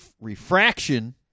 Refraction